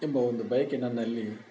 ಎಂಬ ಒಂದು ಬಯಕೆ ನನ್ನಲ್ಲಿ